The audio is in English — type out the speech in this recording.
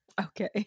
okay